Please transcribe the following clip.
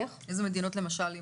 איזה מדינות, למשל?